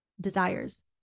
desires